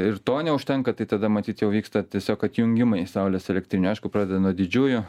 ir to neužtenka tai tada matyt jau vyksta tiesiog atjungimai saulės elektrinių aišku pradeda nuo didžiųjų